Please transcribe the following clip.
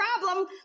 problem